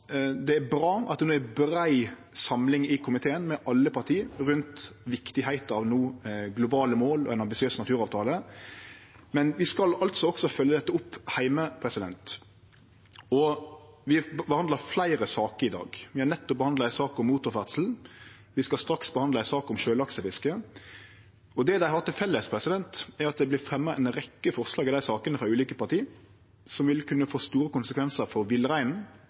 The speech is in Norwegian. det no er brei samling i komiteen, med alle parti, om viktigheita av globale mål og ein ambisiøs naturavtale, men vi skal også følgje opp dette heime. Vi behandlar fleire saker i dag; vi har nettopp behandla ei sak om motorferdsel, og vi skal straks behandle ei sak om sjølaksefiske. Det dei har til felles, er at det vert fremja ei rekke forslag i dei sakene frå ulike parti som vil kunne få store konsekvensar for villreinen,